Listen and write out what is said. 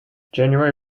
january